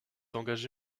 engagé